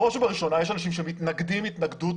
בראש ובראשונה יש אנשים שמתנגדים התנגדות